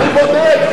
אני בודק,